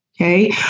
Okay